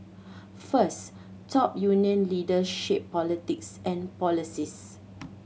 first top union leaders shape politics and policies